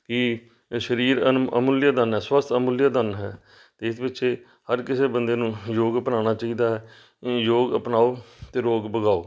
ਕਿ ਅ ਸਰੀਰ ਅਨ ਅਮੁਲਿਆ ਧਨ ਹੈ ਸਵੱਸਥ ਅਮੁਲਿਆ ਧਨ ਹੈ ਅਤੇ ਇਸ ਪਿੱਛੇ ਹਰ ਕਿਸੇ ਬੰਦੇ ਨੂੰ ਯੋਗ ਅਪਣਾਉਣਾ ਚਾਹੀਦਾ ਹੈ ਯੋਗ ਅਪਣਾਓ ਅਤੇ ਰੋਗ ਭਗਾਓ